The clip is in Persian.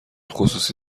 خصوصی